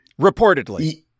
Reportedly